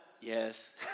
Yes